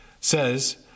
says